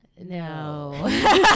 No